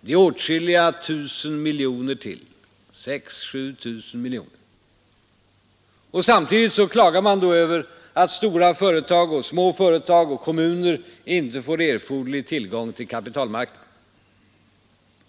Det är åtskilliga tusen miljoner till 6 000—-7 000 miljoner. Samtidigt klagar man över att stora företag och småföretag och kommuner inte får erforderlig tillgång till kapitalmarknaden.